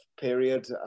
period